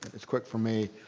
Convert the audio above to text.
it's quick for me.